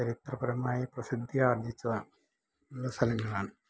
ചരിത്രപരമായി പ്രസിദ്ധി ആർജ്ജിച്ചതാണ് എന്ന സ്ഥലങ്ങളാണ്